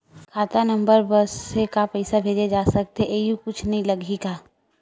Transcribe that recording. खाता नंबर बस से का पईसा भेजे जा सकथे एयू कुछ नई लगही का?